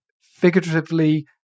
figuratively